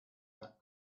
that